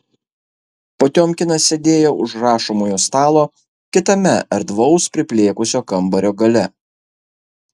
potiomkinas sėdėjo už rašomojo stalo kitame erdvaus priplėkusio kambario gale